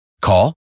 Call